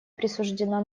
присуждена